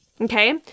Okay